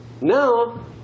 now